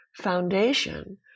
foundation